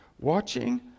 watching